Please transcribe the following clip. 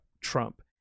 Trump